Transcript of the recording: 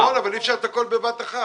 נכון, אבל אי אפשר את הכול בבת אחת.